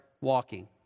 walking